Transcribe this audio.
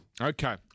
Okay